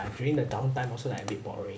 during the downtime also like a bit boring